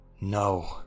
No